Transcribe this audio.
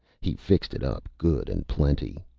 he fixed it up good and plenty.